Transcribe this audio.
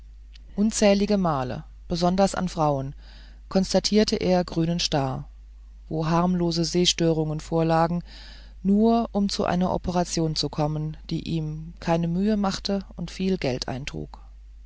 unzählige male besonders an frauen konstatierte er grünen star wo harmlose sehstörungen vorlagen nur um zu einer operation zu kommen die ihm keine mühe machte und viel geld eintrug